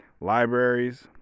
libraries